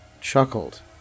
chuckled